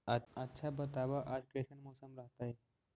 आच्छा बताब आज कैसन मौसम रहतैय?